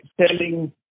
selling